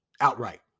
outright